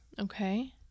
Okay